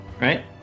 right